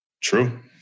True